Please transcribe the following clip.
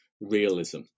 realism